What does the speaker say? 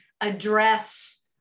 address